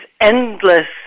endless